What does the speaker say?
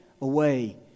away